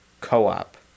Co-op